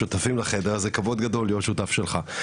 שותפים לחדר הזה, זה כבוד גדול להיות שותף שלך.